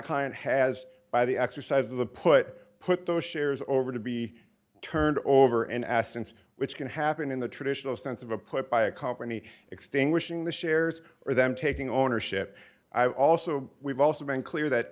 client has by the exercise of the put put those shares over to be turned over an essence which can happen in the traditional sense of a put by a company extinguishing the shares or them taking ownership i also we've also been clear that